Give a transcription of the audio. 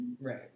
Right